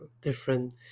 different